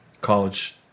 college